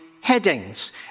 headings